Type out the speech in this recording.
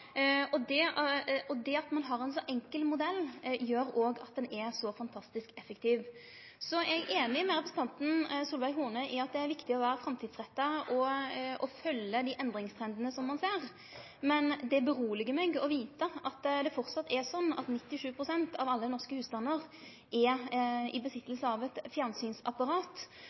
Det at ein har ein så enkel modell, gjer at den er så fantastisk effektiv. Så er eg einig med representanten Solveig Horne i at det er viktig å vere framtidsretta og følgje dei endringstrendane som ein ser. Men det er sånn at 97 pst. av alle norske husstandar eig eit fjernsynsapparat. Sjølv om det er endringstrendar i